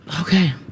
Okay